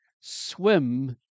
swim